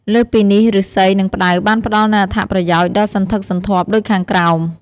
លើសពីនេះឫស្សី និងផ្តៅបានផ្តល់នូវអត្ថប្រយោជន៍ដ៏សន្ធឹកសន្ធាប់ដូចខាងក្រោម។